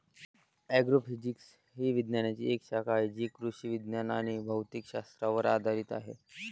agrophysics ही विज्ञानाची एक शाखा आहे जी कृषी विज्ञान आणि भौतिक शास्त्रावर आधारित आहे